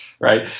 right